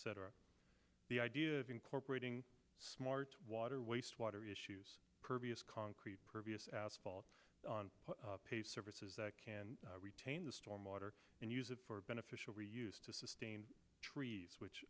lots the idea of incorporating smart water waste water issues pervious concrete previous asphalt on pay services that can retain the storm water and use it for beneficial reuse to sustain trees which